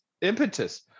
impetus